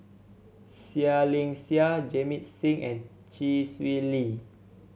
Seah Liang Seah Jamit Singh and Chee Swee Lee